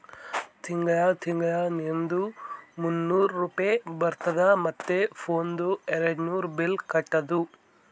ತಿಂಗಳ ತಿಂಗಳಾ ನೀರ್ದು ಮೂನ್ನೂರ್ ರೂಪೆ ಬರ್ತುದ ಮತ್ತ ಫೋನ್ದು ಏರ್ಡ್ನೂರ್ ಬಿಲ್ ಕಟ್ಟುದ